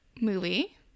movie